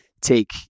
take